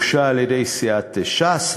שהוגשה על-ידי סיעת ש"ס,